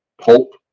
pulp